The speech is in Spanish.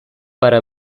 para